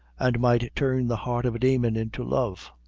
and might turn the heart of a demon into love.